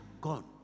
gone